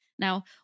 Now